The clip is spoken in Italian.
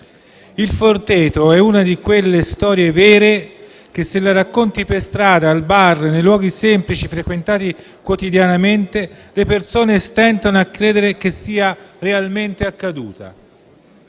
«Il Forteto» è una di quelle storie vere che, se la racconti per strada, al bar o in altri luoghi ordinari frequentati quotidianamente, le persone stentano a credere che sia realmente accaduta.